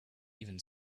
even